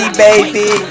baby